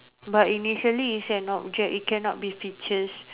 but initially is an object it cannot be features